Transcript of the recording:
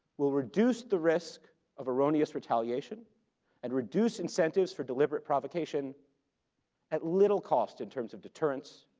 will reduce the risk of erroneous retaliation and reduce incentives for deliberate provocation at little cost in terms of deterrence